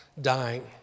dying